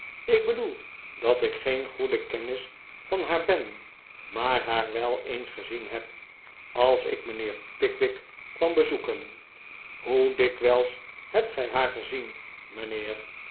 ik bedoel dat ik geen goede kennis van haar ben maar haar wel eens gezien heb als ik mijnheer pickwick kwam bezoeken hoe dikwijls hebt gij haar gezien mijnheer